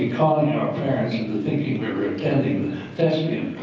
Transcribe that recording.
we'd conned our parents into thinking we were attending the